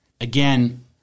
Again